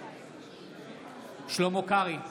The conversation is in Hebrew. נגד שלמה קרעי,